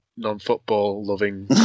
non-football-loving